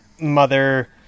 mother